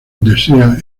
desea